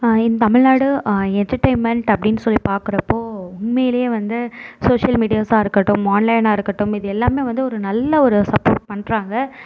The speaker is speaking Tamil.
தமிழ்நாடு என்டர்டைன்மெண்ட் அப்டின்னு சொல்லி பாக்கிறப்போ உண்மையிலேயே வந்து சோஷியல் மீடியாவா இருக்கட்டும் ஆன்லைனாக இருக்கட்டும் இது எல்லாம் வந்து ஒரு நல்ல ஒரு சப்போர்ட் பண்ணுறாங்க